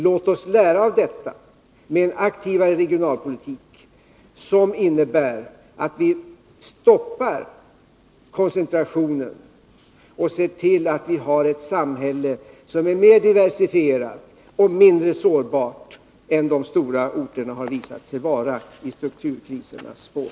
Låt oss lära av detta och föra en aktivare regionalpolitik som innebär att vi stoppar koncentrationen och ser till att vi har ett samhälle som är mer diversifierat och mindre sårbart än de stora orterna har visat sig vara i strukturkrisernas spår!